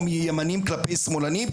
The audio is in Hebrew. או מימנים כלפי שמאלנים?